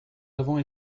avons